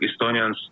Estonians